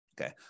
Okay